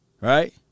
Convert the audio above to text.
Right